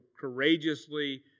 courageously